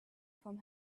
from